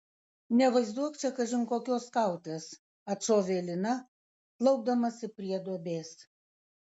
nevaizduok čia kažin kokios skautės atšovė lina klaupdamasi prie duobės